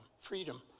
freedom